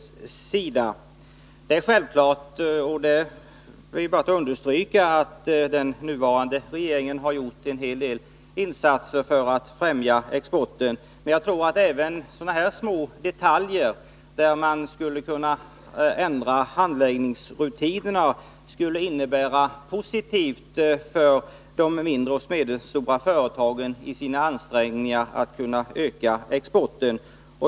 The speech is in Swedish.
Det är självklart, och det vill jag understryka, att den nuvarande regeringen har gjort en hel del insatser för att främja exporten, men jag tror att även en ändring av handläggningsrutinerna vad gäller sådana här små detaljer skulle kunna vara positiv för de mindre och medelstora företagen, som ju gör ansträngningar för att öka exporten.